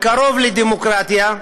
קרובה לדמוקרטיה,